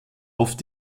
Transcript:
oft